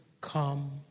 come